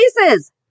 places